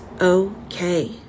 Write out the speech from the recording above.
okay